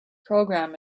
program